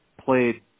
played